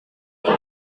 itu